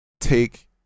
take